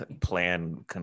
plan